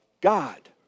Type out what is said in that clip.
God